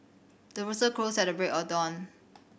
the rooster crows at the break of dawn